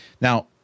Now